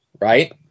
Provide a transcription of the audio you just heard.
right